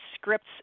scripts